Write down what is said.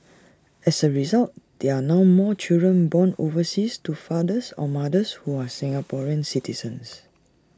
as A result there are now more children born overseas to fathers or mothers who are Singaporean citizens